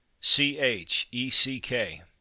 c-h-e-c-k